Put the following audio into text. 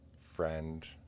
friend